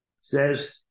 says